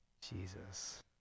Jesus